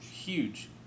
huge